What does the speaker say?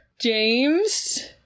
james